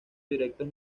directos